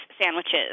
sandwiches